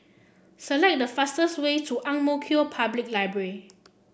select the fastest way to Ang Mo Kio Public Library